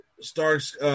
Starks